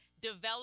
develop